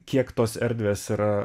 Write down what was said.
kiek tos erdvės yra